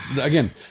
again